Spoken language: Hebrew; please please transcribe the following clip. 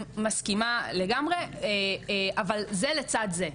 ברור, מסכימה לגמרי, אבל זה לצד זה.